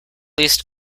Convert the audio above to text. least